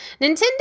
Nintendo